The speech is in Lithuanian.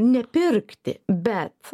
nepirkti bet